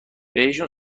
بهشون